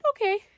okay